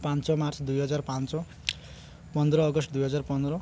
ପାଞ୍ଚ ମାର୍ଚ୍ଚ ଦୁଇହଜାର ପାଞ୍ଚ ପନ୍ଦର ଅଗଷ୍ଟ ଦୁଇହଜାର ପନ୍ଦର